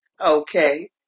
Okay